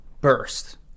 burst